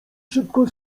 szybko